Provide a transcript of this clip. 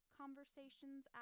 conversations